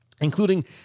including